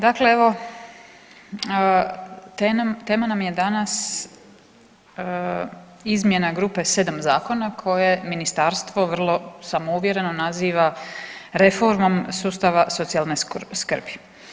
Dakle evo tema nam je danas izmjena grupe 7 zakona koje ministarstvo vrlo samouvjereno naziva reformom sustava socijalne skrbi.